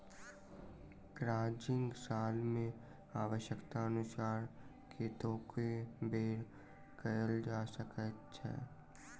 crutching साल मे आव्श्यकतानुसार कतेको बेर कयल जा सकैत छै